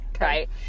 Right